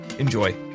Enjoy